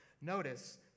notice